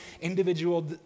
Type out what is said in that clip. individual